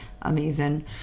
amazing